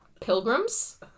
Pilgrims